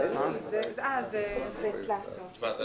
אפשר התייעצות סיעתית שנייה?